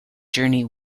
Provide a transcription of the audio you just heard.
journey